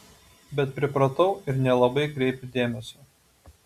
bet pripratau ir nelabai kreipiu dėmesio